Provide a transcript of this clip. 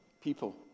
People